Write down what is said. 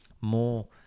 more